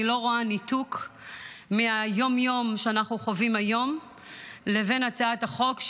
אני לא רואה ניתוק מהיום-יום שאנו חווים היום לבין הצעת החוק,